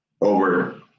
over